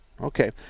Okay